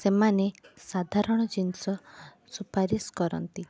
ସେମାନେ ସାଧାରଣ ଜିନିଷ ସୁପାରିସ କରନ୍ତି